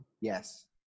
yes